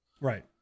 Right